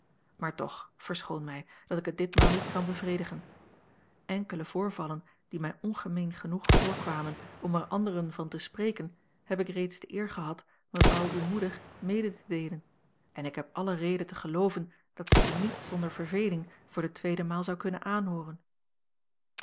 maar toch verschoon mij dat ik het ditmaal niet kan bevredigen enkele voorvallen die mij ongemeen genoeg voorkwamen om er anderen van te spreken heb ik reeds de eer gehad mevrouw uwe moeder mede te a l g bosboom-toussaint langs een omweg deelen en ik heb alle reden te gelooven dat zij die niet zonder verveling voor de tweede maal zou kunnen aanhooren